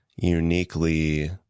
uniquely